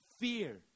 Fear